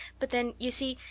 but then, you see,